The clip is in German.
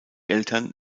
eltern